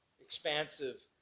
expansive